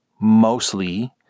mostly